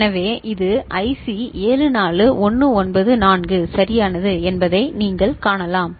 எனவே இது ஐசி 74194 சரியானது என்பதை நீங்கள் காணலாம்